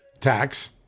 Tax